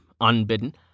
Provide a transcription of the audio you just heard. unbidden